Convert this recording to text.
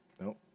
no